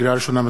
לקריאה ראשונה,